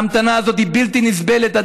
ההמתנה הזאת היא בלתי נסבלת.